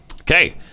Okay